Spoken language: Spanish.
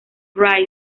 price